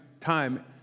time